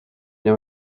know